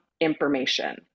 information